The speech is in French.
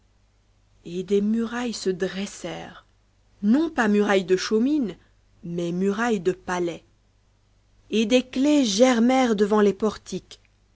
et des murailles se dressèrent non pas murailles de chaumine mais murailles de palais et des claies germèrent devant les portiques